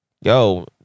Yo